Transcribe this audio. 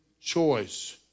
choice